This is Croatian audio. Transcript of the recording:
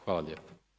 Hvala lijepo.